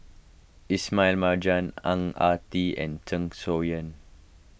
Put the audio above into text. Ismail Marjan Ang Ah Tee and Zeng Shouyin